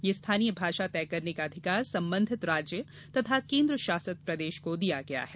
यह स्थानीय भाषा तय करने का अधिकार संबंधित राज्य तथा केंद्रशासित प्रदेश को दिया गया है